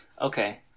Okay